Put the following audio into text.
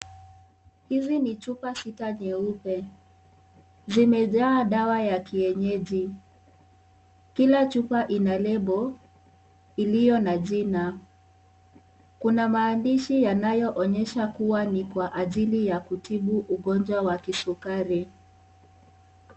Hizi ni chupa sita nyeupe zimejaa dawa ya kienyeji kila chupa ina lebo iliyo na jina . Kuna maandishi yanayoonyesha kuwa ni kwa ajili ya kutibu ugonjwa wa kisukari.